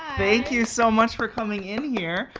thank you so much for coming in here.